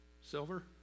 Silver